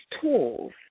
tools